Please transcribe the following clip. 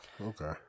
Okay